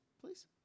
please